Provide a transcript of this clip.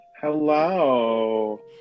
Hello